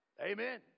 amen